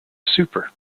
super